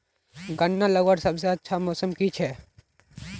गन्ना लगवार सबसे अच्छा मौसम की छे?